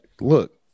look